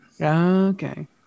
Okay